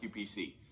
UPC